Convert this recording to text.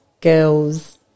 girls